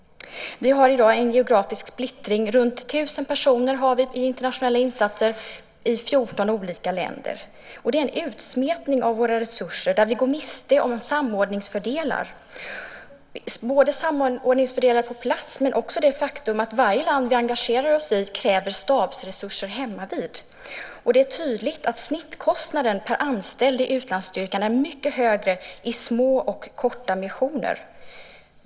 Vi har i dag en geografisk splittring. Vi har runt tusen personer i internationella insatser i 14 olika länder. Det är en utsmetning av våra resurser där vi går miste om samordningsfördelar. Det handlar dels om samordningsfördelar på plats, dels också om det faktum att varje land vi engagerar oss i kräver stabsresurser hemmavid. Det är tydligt att snittkostnaden per anställd i utlandsstyrkan är mycket högre i små och korta missioner.